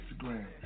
Instagram